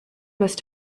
must